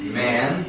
man